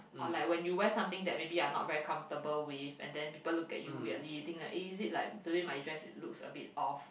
or like when you wear something that maybe you are not very comfortable with and then people look at you weirdly you think like eh is it like today my dress looks a bit off